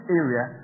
area